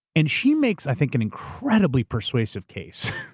and she makes, i think, an incredibly persuasive case,